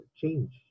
change